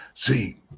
See